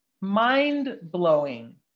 mind-blowing